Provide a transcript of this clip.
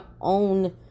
own